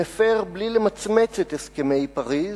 מפר בלי למצמץ את הסכמי פריס,